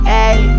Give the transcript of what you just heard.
Hey